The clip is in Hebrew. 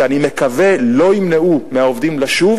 שאני מקווה שלא ימנעו מהעובדים לשוב